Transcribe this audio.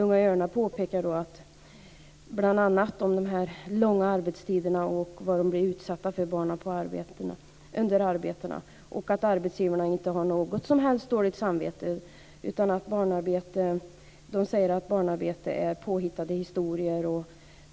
Unga örnar pekar bl.a. på de långa arbetstiderna, vad barnen blir utsatta för under arbetet och att arbetsgivarna inte har något som helst dåligt samvete. Arbetsgivarna säger att talet om barnarbete är påhittat.